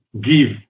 give